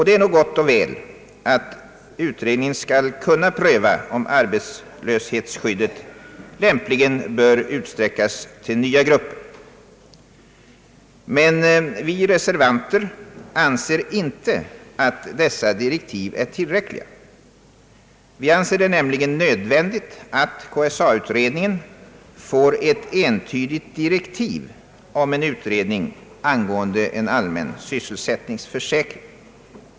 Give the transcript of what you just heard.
Det är nog gott och väl att utredningen skall kunna pröva om arbetslöshetsskyddet lämpligen bör utsträckas till nya grupper, men vi reservanter anser inte att dessa direktiv är tillräckliga. Enligt vår mening är det nämligen nödvändigt att KSA-utredningen får ett entydigt direktiv om en utredning angående en allmän =: sysselsättningsförsäkring.